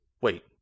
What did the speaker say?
Wait